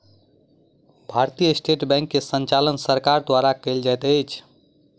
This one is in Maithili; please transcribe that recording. भारतीय स्टेट बैंक के संचालन सरकार द्वारा कयल जाइत अछि